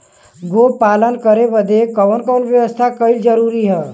गोपालन करे बदे कवन कवन व्यवस्था कइल जरूरी ह?